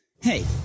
Hey